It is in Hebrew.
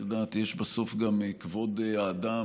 את יודעת, יש בסוף גם כבוד האדם.